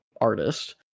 artist